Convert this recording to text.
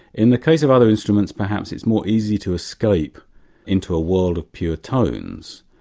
in the case of other instruments perhaps it's more easy to escape into a world of pure tones.